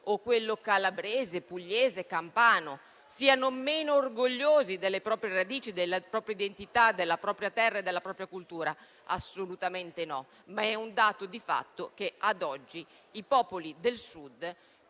umbro, calabrese, pugliese o campano siano meno orgogliosi delle proprie radici, della propria identità, della propria terra e della propria cultura: assolutamente no, ma è un dato di fatto che ad oggi i popoli del Sud,